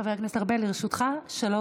חבר הכנסת אופיר כץ, אינו נוכח.